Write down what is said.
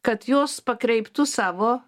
kad jos pakreiptų savo